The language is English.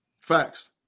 Facts